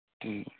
ਠੀਕ